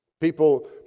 People